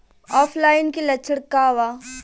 ऑफलाइनके लक्षण क वा?